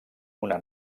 una